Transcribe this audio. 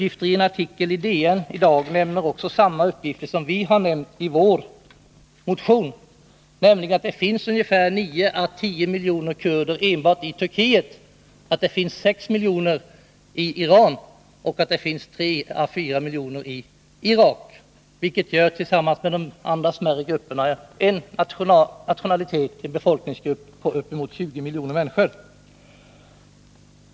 I en artikel i DN i dag lämnas samma uppgifter som vi har nämnt i vår motion, nämligen att det finns 9 å 10 miljoner kurder enbart i Turkiet, 6 miljoner i Iran och 3 å 4 miljoner i Irak, vilket tillsammans med de andra smärre grupperna gör en befolkningsgrupp på uppemot 20 miljoner människor.